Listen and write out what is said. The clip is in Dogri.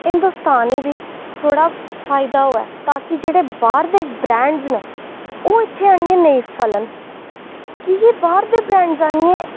हिंदोस्तान गी बी फायदा होऐ ताकि जेह्ड़े बाहर दे ब्रांड्स न ओह् इत्थै आइयै नेईं फलन की के बाहर दे ब्रांड्स आह्नियै